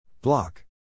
Block